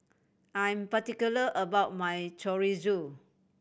I am particular about my Chorizo